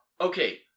Okay